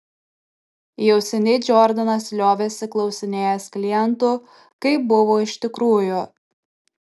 jau seniai džordanas liovėsi klausinėjęs klientų kaip buvo iš tikrųjų